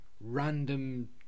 random